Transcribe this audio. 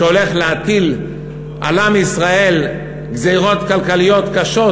שהולך להטיל על עם ישראל גזירות כלכליות קשות,